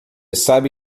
sabe